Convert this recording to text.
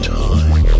time